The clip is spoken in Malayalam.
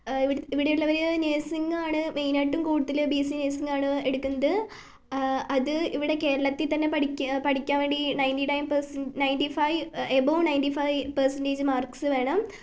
ഇവിടെ ഇവിടെ ഉള്ളവർ നഴ്സിംഗ് ആണ് മെയിനായിട്ടും കൂടുതൽ ബി എസ് സി നഴ്സിംഗ് ആണ് എടുക്കുന്നത് അത് ഇവിടെ കേരളത്തിൽതന്നെ പഠിക്കാന് വേണ്ടി ninety nine percent ninety five above ninety five percentage marks വേണം